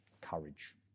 Courage